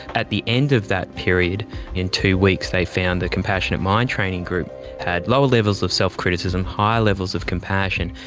at the end of that period in two weeks they found the compassionate mind training group had lower levels of self-criticism, higher levels of compassion,